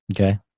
okay